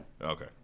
Okay